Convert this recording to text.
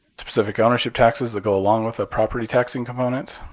specific ownership taxes that go along with a property taxing component.